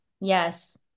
Yes